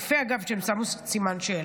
יפה, אגב, שהם שמו סימן שאלה.